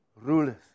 rulers